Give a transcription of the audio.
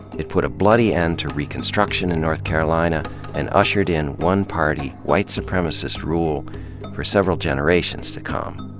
it put a bloody end to reconstruction in north carolina and ushered in one-party, white-supremacist rule for several generations to come.